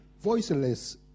voiceless